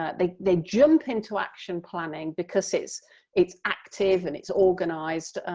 ah they they jump into action planning because it's it's active, and it's organised